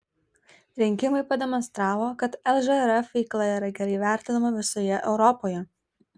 rinkimai pademonstravo kad lžrf veikla yra gerai vertinama visoje europoje